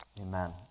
Amen